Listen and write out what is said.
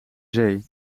zee